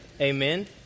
Amen